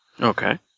Okay